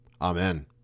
Amen